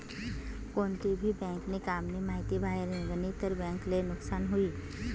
कोणती भी बँक नी काम नी माहिती बाहेर निगनी तर बँक ले नुकसान हुई